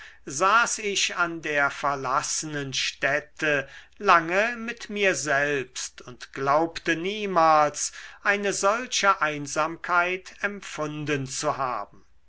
saß ich an der verlassenen stätte lange mit mir selbst und glaubte niemals eine solche einsamkeit empfunden zu haben